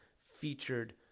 featured